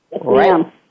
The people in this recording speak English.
Right